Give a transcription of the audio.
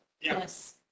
Yes